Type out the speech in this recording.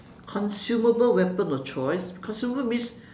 consumable weapon of choice consumer means